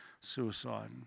Suicide